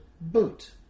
boot